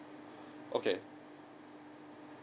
okay